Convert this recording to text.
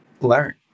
learn